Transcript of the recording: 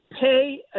Pay